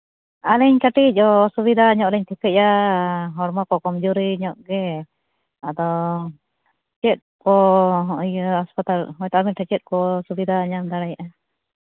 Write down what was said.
ᱟᱹᱞᱤᱧ ᱠᱟᱹᱴᱤᱡ ᱚᱥᱩᱵᱤᱫᱷᱟ ᱧᱚᱜ ᱞᱤᱧ ᱴᱷᱤᱠᱟᱹᱭᱮᱜᱼᱟ ᱦᱚᱲᱢᱚ ᱠᱚ ᱠᱚᱢᱡᱩᱨᱤ ᱧᱚᱜ ᱜᱮ ᱟᱫᱯᱚ ᱪᱮᱫ ᱠᱚ ᱤᱭᱟᱹ ᱦᱟᱥᱯᱟᱛᱟᱞ ᱛᱟᱨ ᱢᱚᱫᱽᱫᱷᱮ ᱪᱮᱫ ᱠᱚ ᱥᱩᱵᱤᱫᱷᱟ ᱧᱟᱢ ᱫᱟᱲᱮᱭᱟᱜᱼᱟ